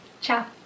Ciao